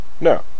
No